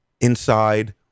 inside